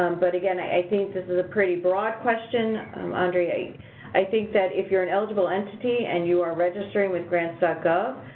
um but again i think this is a pretty broad question. um andre, i think that if you're an eligible entity and you are registering with grants ah gov,